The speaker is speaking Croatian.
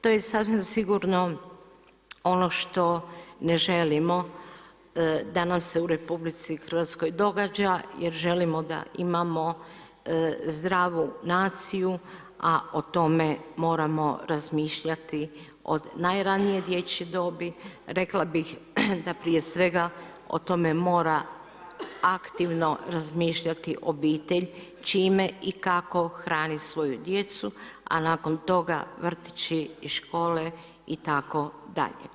To je sasvim sigurno ono što ne želimo da nam se u RH događa jer želimo da imamo zdravu naciju, a o tome moramo razmišljati od najranije dječje dobi, rekla bih da prije svega o tome mora aktivno razmišljati obitelj čime i kako hrani svoju djecu, a nakon toga vrtići i škole itd.